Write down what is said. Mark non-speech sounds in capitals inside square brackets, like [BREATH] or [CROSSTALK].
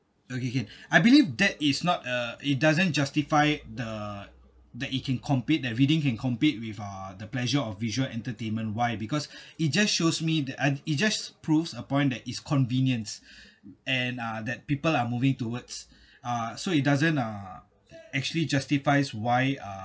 okay okay I believe that is not a it doesn't justify the that it can compete that reading can compete with uh the pleasure of visual entertainment why because [BREATH] it just shows me that uh it just proves a point that it's convenience and uh that people are moving towards uh so it doesn't uh actually justifies why uh